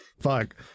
fuck